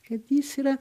kad jis yra